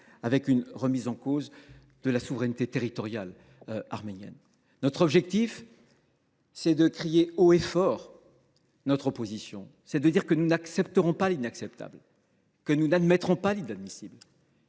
grave : la remise en cause de la souveraineté territoriale de l’Arménie. Notre objectif est de crier haut et fort notre opposition. Il est de dire que nous n’accepterons pas l’inacceptable, que nous n’admettrons pas l’inadmissible.